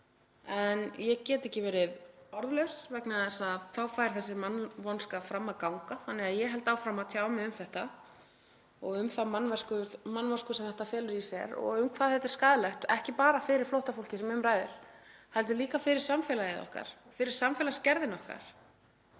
En ég get ekki verið orðlaus vegna þess að þá fær þessi mannvonska fram að ganga. Þannig að ég held áfram að tjá mig um þetta og um þá mannvonsku sem þetta felur í sér og um hvað þetta er skaðlegt, ekki bara fyrir flóttafólkið sem um ræðir heldur líka fyrir samfélagið okkar, fyrir samfélagsgerðina okkar.